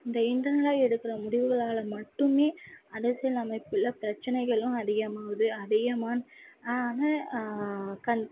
இந்த இன்டர்னல்லாக எடுக்கிற முடிவுகளால் மட்டுமே அரசியல் அமைப்பில் பிரச்சனைகளும் அதிகமாவுது அதிகமாக ஆக கண்